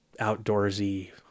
outdoorsy